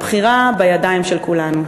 הבחירה בידיים של כולנו.